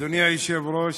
אדוני היושב-ראש,